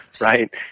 right